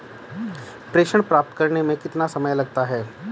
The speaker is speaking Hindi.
प्रेषण प्राप्त करने में कितना समय लगता है?